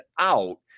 out